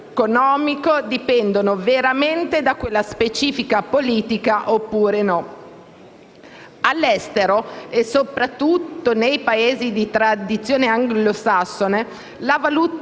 economico dipendono veramente da quella specifica politica oppure no. All'estero, soprattutto nei Paesi di tradizione anglosassone, la valutazione